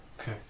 Okay